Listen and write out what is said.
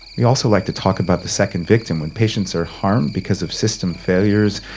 we also like to talk about the second victim. when patients are harmed because of system failures,